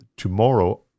Tomorrow